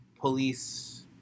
police